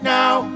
now